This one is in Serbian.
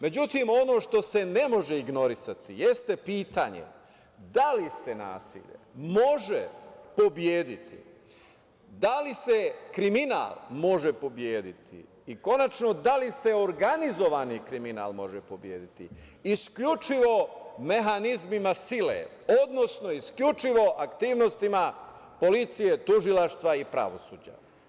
Međutim ono što se ne može ignorisati, jeste pitanje – da li se nasilje može pobediti, da li se kriminal može pobediti i konačno da li se organizovani kriminal može pobediti isključivo mehanizmima sile, odnosno isključivo aktivnostima policije, tužilaštva i pravosuđa?